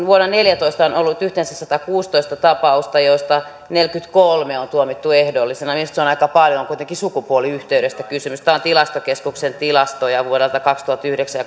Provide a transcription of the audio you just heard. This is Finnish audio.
vuonna neljätoista on ollut yhteensä satakuusitoista tapausta joista neljäkymmentäkolme on tuomittu ehdollisena minusta se on aika paljon on kuitenkin sukupuoliyhteydestä kysymys tämä on tilastokeskuksen tilastoja vuosilta kaksituhattayhdeksän